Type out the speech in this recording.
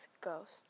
Ghost